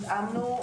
אז התאמנו,